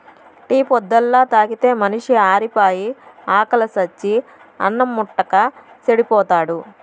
tea పొద్దల్లా తాగితే మనిషి ఆరిపాయి, ఆకిలి సచ్చి అన్నిం ముట్టక చెడిపోతాడు